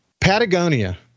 Patagonia